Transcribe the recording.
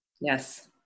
Yes